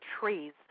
trees